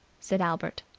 said albert.